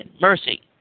mercy